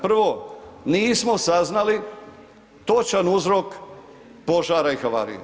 Prvo nismo saznali, točan uzrok požara i havarije.